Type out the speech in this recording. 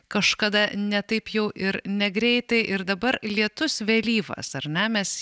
kažkada ne taip jau ir negreitai ir dabar lietus vėlyvas ar ne mes